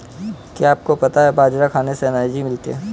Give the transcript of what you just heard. क्या आपको पता है बाजरा खाने से एनर्जी मिलती है?